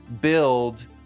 build